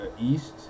East